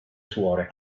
suore